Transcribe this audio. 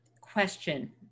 question